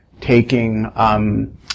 taking